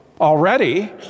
already